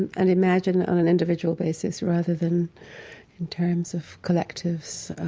and and imagine on an individual basis rather than in terms of collectives,